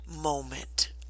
moment